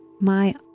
My